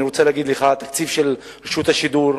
אני רוצה להגיד לך שהתקציב של רשות השידור,